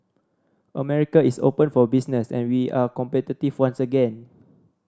America is open for business and we are competitive once again